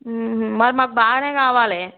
మరి మాకు బాగా కావాలి